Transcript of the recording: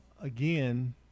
again